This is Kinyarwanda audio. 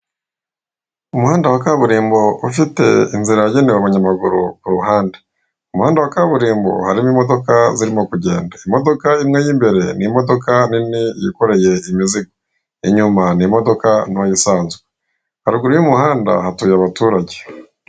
Umuhanda wa kaburimbo ufite inzira yagenewe abanyamaguru kuruhande , umuhanda wa kaburimbo harimo imodoka zirimo kugenda, imodoka y'imbere ni imodoka nini yikoreye imizigo inyuma ni imodoka nto isanzwe haruguru y'umuhanda hatuye abaturage.